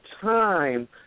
time